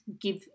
give